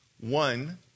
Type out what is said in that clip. One